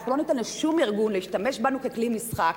אנחנו לא ניתן לשום ארגון להשתמש בנו ככלי משחק.